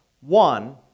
One